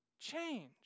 change